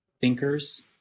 thinkers